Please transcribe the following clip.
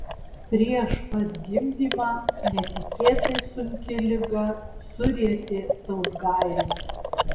prieš pat gimdymą netikėtai sunki liga surietė tautgailę